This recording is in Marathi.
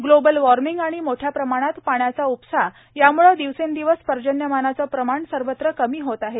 ग्लोबल वार्मिंग आणि मोठया प्रमाणात पाण्याचा उपसा यामुळे दिवसे दिवस पर्जन्यमानाचे प्रमाण सर्वत्र कमी होत आहे